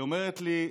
היא אומרת לי: